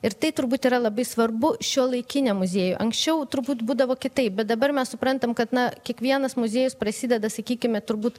ir tai turbūt yra labai svarbu šiuolaikiniam muziejui anksčiau turbūt būdavo kitaip bet dabar mes suprantam kad na kiekvienas muziejus prasideda sakykime turbūt